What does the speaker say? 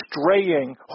straying